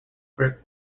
grip